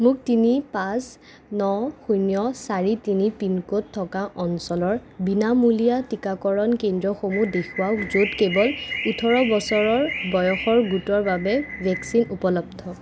মোক তিনি পাঁচ ন শূন্য চাৰি তিনি পিন কোড থকা অঞ্চলৰ বিনামূলীয়া টিকাকৰণ কেন্দ্ৰসমূহ দেখুৱাওক য'ত কেৱল ওঠৰ বছৰ বয়সৰ গোটৰ বাবে ভেকচিন উপলব্ধ